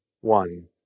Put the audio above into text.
one